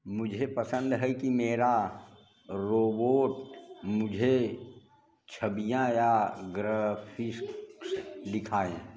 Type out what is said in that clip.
मुझे पसंद है कि मेरा रोबोट मुझे छवियाँ या ग्रफिसक्स लिखाएँ